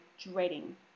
dreading